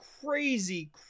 crazy